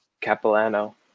Capilano